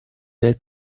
del